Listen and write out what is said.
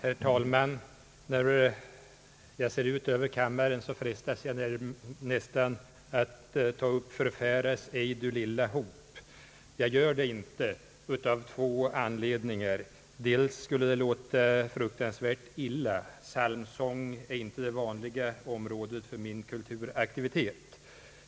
Herr talman! När jag ser ut över kammaren frestas jag nästan att ta upp »Förfäras ej du lilla hop...» Jag gör det inte utav två anledningar. För det första skulle det låta fruktansvärt illa. Psalmsång är inte det vanliga området för min kulturaktivitet.